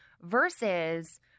versus